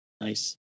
Nice